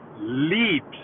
leaps